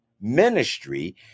ministry